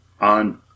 on